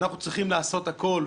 שאנחנו צריכים לעשות הכול,